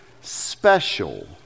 special